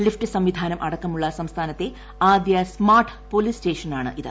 lift സംവിധാനം അടക്കമുള്ള സംസ്ഥാന്ടത്ത് ആദ്യ സ്മാർട്ട് പോലീസ് സ്റ്റേഷനാണ് ഇത്